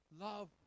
love